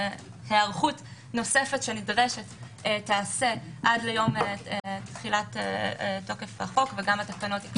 ההיערכות נוספת שנדרשת תיעשה עד יום תחילת תוקף החוק וגם התקנות.